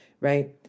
right